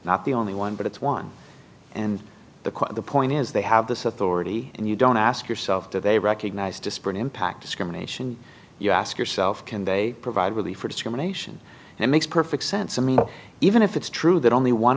not the only one but it's one and the quote the point is they have this authority and you don't ask yourself do they recognize disparate impact discrimination you ask yourself can they provide relief or discrimination and it makes perfect sense to me even if it's true that only one